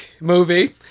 movie